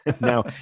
now